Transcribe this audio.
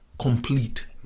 complete